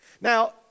Now